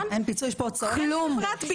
כלום.